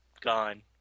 gone